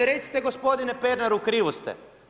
Recite gospodine Pernar u krivu ste.